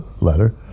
letter